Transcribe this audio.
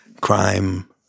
crime